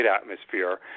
atmosphere